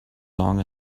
long